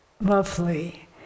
lovely